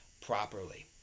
properly